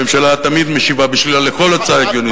הממשלה תמיד משיבה בשלילה על כל הצעה הגיונית.